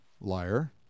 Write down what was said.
liar